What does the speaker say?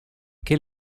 quel